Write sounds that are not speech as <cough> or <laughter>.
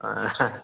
<unintelligible>